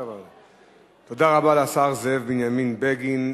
תודה רבה לשר זאב בנימין בגין.